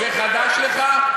זה חדש לך?